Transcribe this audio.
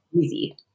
Easy